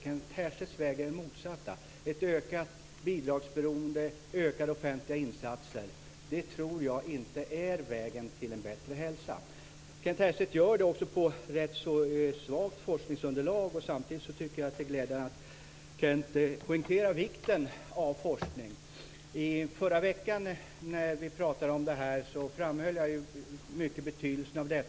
Kent Härstedts väg är den motsatta: ett ökat bidragsberoende och ökade offentliga insatser. Det tror jag inte är vägen till en bättre hälsa. Kent Härstedt stöder sig också på ett rätt svagt forskningsunderlag. Samtidigt tycker jag att det är glädjande att han poängterar vikten av forskning. I förra veckan när vi pratade om detta framhöll jag mycket betydelsen av det.